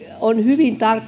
hyvin